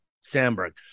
Sandberg